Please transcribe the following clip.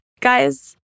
guys